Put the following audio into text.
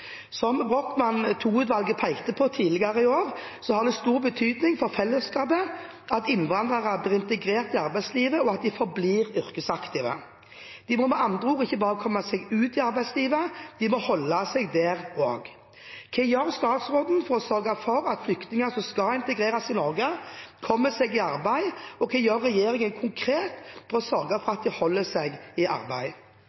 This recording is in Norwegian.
arbeidslivet og forblir yrkesaktive. De må med andre ord ikke bare komme seg ut i arbeidslivet – de må holde seg der også. Hva gjør statsråden for å sørge for at flyktninger som skal integreres i Norge, kommer seg i arbeid, og hva gjør regjeringen konkret for å sørge for